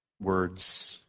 words